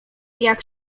jak